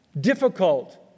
difficult